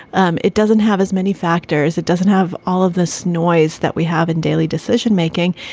um it doesn't have as many factors. it doesn't have all of this noise that we have in daily decision making.